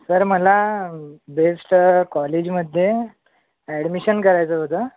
sir मला best कॉलेजमध्ये admission करायचं होतं